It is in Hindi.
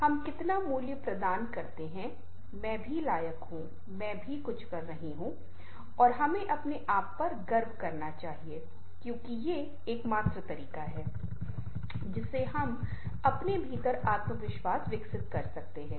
" हम कितना मूल्य प्रदान करते हैं मैं भी लायक हूं मैं भी कुछ कर रहा हूं " और हमे अपने आप पर गर्व करना चाहिए क्योंकि ये एकमात्र तरीका है जिससे हम अपने भीतर आत्मविश्वास विकसित कर सकते हैं